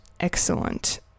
excellent